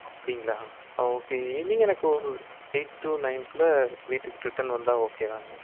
அப்படிங்களா okay evening எனக்கு ஒரு எயிட் டு நைன் குள்ளே வீட்டுக்கு ரிட்டன் வந்தால் ஓகே தாங்க